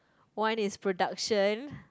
one is production